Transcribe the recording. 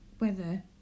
weather